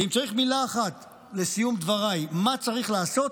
ואם צריך מילה אחת, לסיום דבריי, מה צריך לעשות: